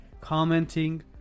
commenting